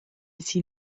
sie